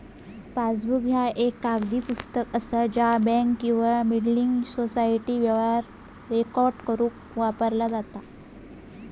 passbook ह्या एक कागदी पुस्तक असा ज्या बँक किंवा बिल्डिंग सोसायटी व्यवहार रेकॉर्ड करुक वापरला जाता